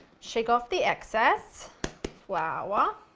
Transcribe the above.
shake off the excess flour.